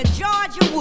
Georgia